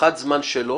הערכת זמן שלו